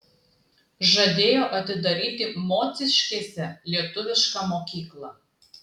žadėjo atidaryti mociškėse lietuvišką mokyklą